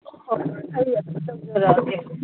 ꯍꯣꯏ ꯍꯣꯏ ꯑꯩ ꯑꯗꯨꯝ ꯇꯧꯖꯔꯛꯑꯒꯦ